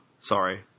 Sorry